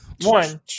one